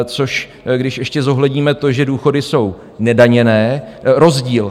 Což když ještě zohledníme to, že důchody jsou nedaněné, rozdíl...